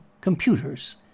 computers